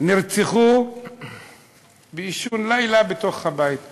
נרצחו באישון לילה בתוך הבית.